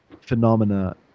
phenomena